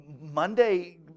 Monday